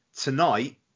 tonight